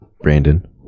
Brandon